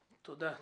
תודה.